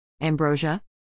Ambrosia